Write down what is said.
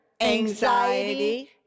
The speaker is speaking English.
anxiety